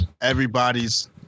Everybody's